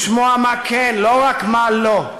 לשמוע מה כן, לא רק מה לא.